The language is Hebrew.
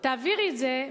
תעבירי את זה,